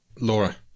Laura